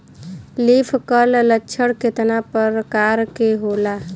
Leaf curl लक्षण केतना परकार के होला?